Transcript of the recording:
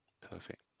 Perfect